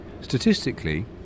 Statistically